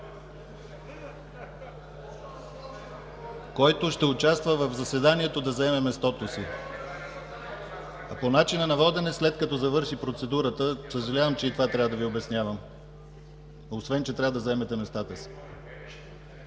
Който ще участва в заседанието, да заеме мястото си. (Реплики.) По начина на водене, след като завърши процедурата. Съжалявам, че и това трябва да Ви обяснявам, освен че трябва да заемете местата си.